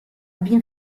been